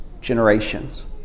generations